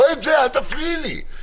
לא את זה, אל תפריעי לי.